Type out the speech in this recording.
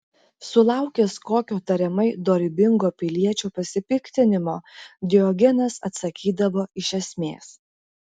sulaukęs kokio tariamai dorybingo piliečio pasipiktinimo diogenas atsakydavo iš esmės